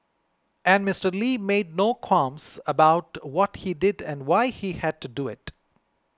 and Mister Lee made no qualms about what he did and why he had to do it